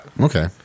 Okay